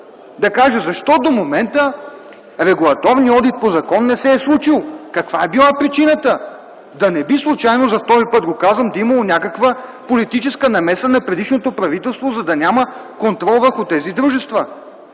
да каже защо до момента регулаторният одит по закон не се е случил. Каква е била причината? Да не би случайно, казвам го за втори път, да е имало някаква политическа намеса на предишното правителство, за да няма контрол върху тези дружества?